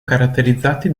caratterizzati